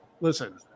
Listen